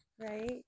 Right